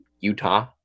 Utah